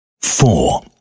four